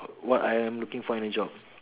what I am looking for in a job